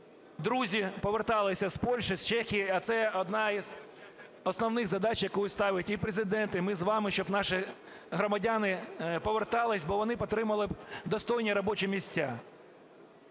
друзі поверталися з Польщі, з Чехії, а це одна із основних задач, яку ставить і Президент, і ми з вами, щоб наші громадяни поверталися, бо вони б отримали достойні робочі місця.